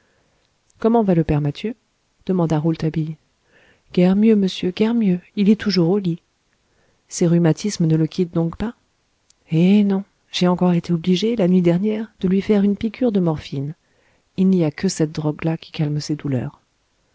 comment va le père mathieu demanda rouletabille guère mieux monsieur guère mieux il est toujours au lit ses rhumatismes ne le quittent donc pas eh non j'ai encore été obligée la nuit dernière de lui faire une piqûre de morphine il n'y a que cette drogue là qui calme ses douleurs